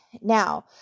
Now